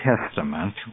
Testament